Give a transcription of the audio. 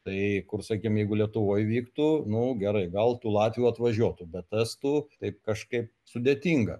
tai kur sakykim jeigu lietuvoj vyktų nu gerai gal tų latvių atvažiuotų bet tų estų taip kažkaip sudėtinga